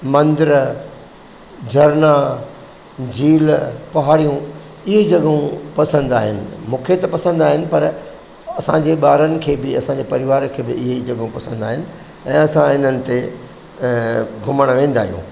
मंदरु झरना झील पहाड़ियूं इहे जॻहियूं पसंदि आहिनि मूंखे त पसंदि आहिनि पर असांजे ॿारनि खे बि असांजे परिवार खे बि इहे जॻहियूं पसंदि आहिनि ऐं असां हिननि ते ऐं घुमण वेंदा आहियूं